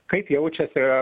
kaip jaučiasi